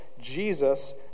Jesus